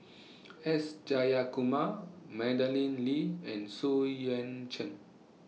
S Jayakumar Madeleine Lee and Xu Yuan Chen